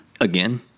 Again